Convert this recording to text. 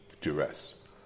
duress